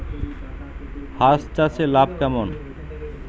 হাঁস চাষে লাভ কেমন?